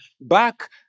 back